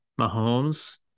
Mahomes